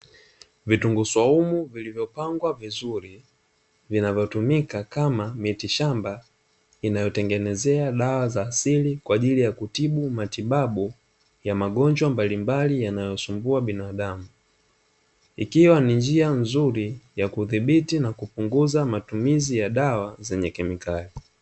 Vitunguu swaumu vilivyopangwa vizuri. Vinavyotumika kama mitishamba, inayotengenezea dawa za asili kwa ajili ya kutibu matibabu ya magonjwa mbalimbali yanayosumbua binadamu. Ikiwa ni njia nzuri ya kudhibiti na kupunguza matumizi ya dawa zenye kemikali.